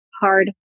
hard